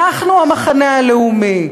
אנחנו המחנה הלאומי,